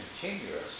continuous